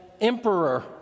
emperor